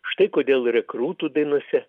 štai kodėl rekrūtų dainose